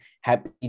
happy